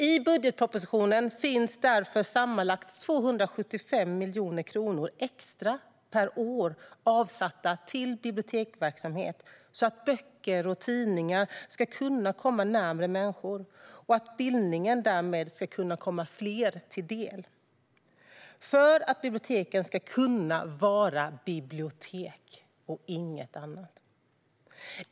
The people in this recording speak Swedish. I budgetpropositionen finns därför sammanlagt 275 miljoner kronor extra per år avsatta till biblioteksverksamhet för att böcker och tidningar ska kunna komma närmre människor och bildningen därmed komma fler till del, för att biblioteken ska kunna vara bibliotek och inget annat.